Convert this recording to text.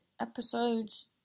Episodes